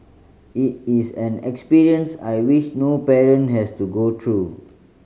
it is an experience I wish no parent has to go through